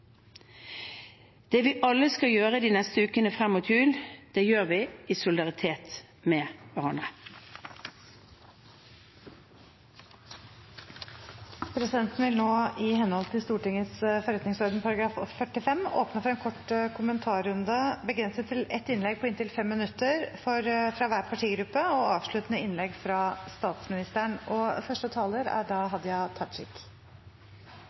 Det vi alle skal gjøre de neste ukene frem mot jul, gjør vi i solidaritet med hverandre. Presidenten vil nå, i henhold til Stortingets forretningsorden § 45, åpne for en kort kommentarrunde, begrenset til ett innlegg på inntil 5 minutter fra hver partigruppe, og avsluttende innlegg fra statsministeren. Eg vil takka statsministeren for utgreiinga. Folks liv og helse er